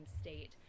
state